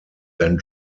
than